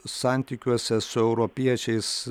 santykiuose su europiečiais